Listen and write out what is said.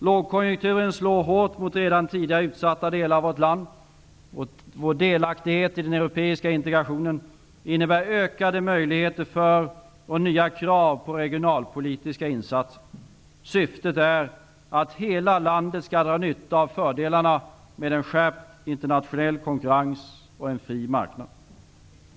Lågkonjunkturen slår hårt mot redan tidigare utsatta delar av vårt land. Vår delaktighet i den europeiska integrationen innebär ökade möjligheter för och nya krav på regionalpolitiska insatser. Syftet är att hela landet skall dra nytta av fördelarna med en skärpt internationell konkurrens och en fri marknad.